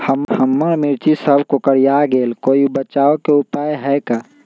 हमर मिर्ची सब कोकररिया गेल कोई बचाव के उपाय है का?